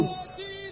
Jesus